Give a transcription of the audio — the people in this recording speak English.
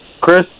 Chris